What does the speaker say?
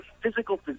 physical